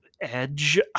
Edge